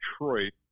Detroit